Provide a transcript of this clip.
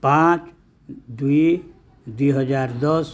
ପାଞ୍ଚ ଦୁଇ ଦୁଇହଜାର ଦଶ